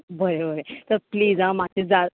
हय हय त प्लीज आं मातशें जा